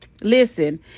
Listen